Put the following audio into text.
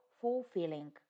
fulfilling